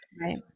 Right